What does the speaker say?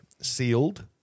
sealed